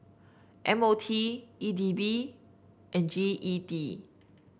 M O T E D B and G E D